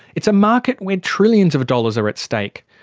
it's a market where trillions of dollars are at stake.